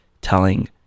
telling